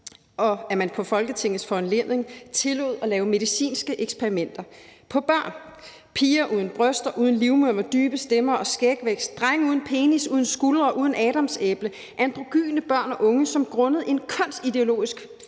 og udenpå? På Folketingets foranledning tillod man at lave medicinske eksperimenter på børn. Det gælder piger uden bryster, uden livmoder, med dybe stemmer og skægvækst, og det gælder drenge uden penis, uden skuldre, uden adamsæble, androgyne børn og unge, som grundet en kønsideologisk drevet